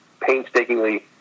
painstakingly